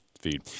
feed